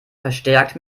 verstärkt